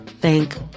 Thank